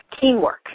Teamwork